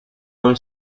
own